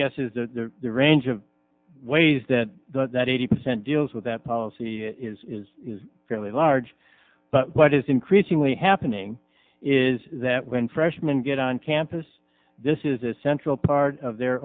guess is that the range of ways that that eighty percent deals with that policy is fairly large but what is increasingly happening is that when freshmen get on campus this is a central part of their